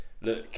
look